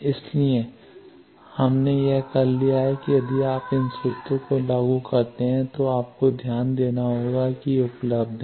इसलिए हमने यह कर लिया है और यदि आप इन सूत्रों को लागू करते हैं तो आपको ध्यान देना होगा कि ये उपलब्ध हैं